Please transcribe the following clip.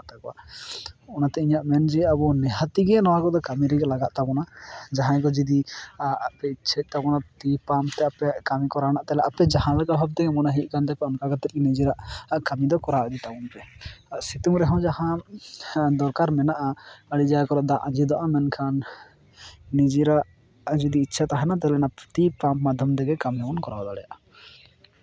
ᱚᱱᱟᱛᱮ ᱤᱧᱟᱹᱜ ᱢᱮᱱ ᱫᱚ ᱡᱮ ᱟᱵᱚ ᱱᱤᱦᱟᱹᱛᱤ ᱛᱮᱜᱮ ᱱᱚᱣᱟ ᱠᱚᱫᱚ ᱠᱟᱹᱢᱤ ᱨᱮᱜᱮ ᱞᱟᱜᱟᱜ ᱛᱟᱵᱚᱱᱟ ᱡᱟᱦᱟᱸᱭ ᱠᱚ ᱡᱩᱫᱤᱼᱟᱜ ᱟᱯᱮ ᱤᱪᱪᱷᱟᱹᱭᱮᱫ ᱛᱟᱵᱚᱱᱟ ᱴᱤᱭᱩ ᱯᱟᱢᱯ ᱛᱮ ᱟᱯᱮᱭᱟᱜ ᱠᱟᱹᱢᱤ ᱠᱚᱨᱟᱣ ᱨᱮᱱᱟᱜ ᱛᱟᱦᱚᱞᱮ ᱟᱯᱮ ᱡᱟᱦᱟᱸ ᱞᱮᱠᱟ ᱵᱷᱟᱵ ᱛᱮᱜᱮ ᱢᱚᱱᱮ ᱦᱩᱭᱩᱜ ᱠᱟᱱ ᱛᱟᱯᱮ ᱚᱱᱠᱟ ᱠᱟᱛᱮ ᱜᱮ ᱟᱯᱮᱭᱟᱜ ᱱᱤᱡᱮᱨᱟᱜ ᱠᱟᱹᱢᱤ ᱫᱚ ᱠᱚᱨᱟᱱ ᱤᱫᱤ ᱛᱟᱯᱮ ᱟᱨ ᱥᱤᱛᱩᱝ ᱨᱮᱦᱚᱸ ᱡᱟᱦᱟᱸ ᱫᱚᱨᱠᱟᱨ ᱢᱮᱱᱟᱜᱼᱟ ᱟᱹᱰᱤ ᱡᱟᱭᱜᱟ ᱠᱚᱨᱮ ᱫᱟᱜ ᱟᱸᱡᱮᱫᱚᱜᱼᱟ ᱢᱮᱱᱠᱷᱟᱱ ᱱᱤᱡᱮᱨᱟᱜ ᱡᱩᱫᱤ ᱤᱪᱪᱷᱟᱹ ᱛᱟᱦᱮᱱᱟ ᱛᱚᱵᱮ ᱚᱱᱟ ᱴᱤᱭᱩ ᱯᱟᱢᱯ ᱢᱟᱫᱽᱫᱷᱚᱢ ᱛᱮᱜᱮ ᱠᱟᱹᱢᱤ ᱠᱚᱨᱟᱣ ᱫᱟᱲᱮᱭᱟᱜᱼᱟ